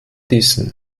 diesen